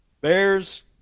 bears